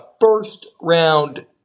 First-round